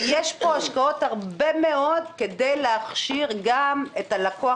יש פה הרבה מאוד השקעות כדי להכשיר גם את הלקוח